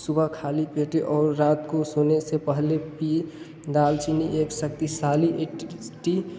सुबह खाली पेट और रात को सोने से पहले पी दालचीनी एक शक्तिशाली इतनी